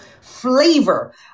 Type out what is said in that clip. flavor